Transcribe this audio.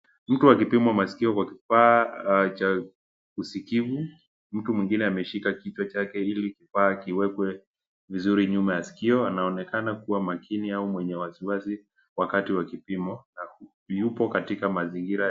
Mtu akipimwa masikio kwa kifaa cha usikivu. Mtu mwingine ameshika kichwa chake ili kifaa kiwekwe vizuri nyuma ya sikio. Anaonekana kuwa makini au mwenye wasiwasi wakati wa kipimo na yupo katika mazingira .